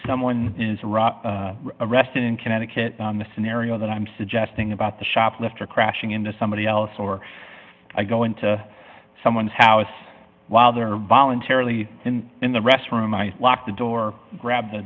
someone is around arrested in connecticut the scenario that i'm suggesting about the shoplifter crashing into somebody else or i go into someone's house while they're voluntarily in the restroom i lock the door grab